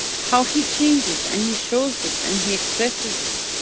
how he changes and he shows it, and he expresses it.